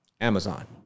Amazon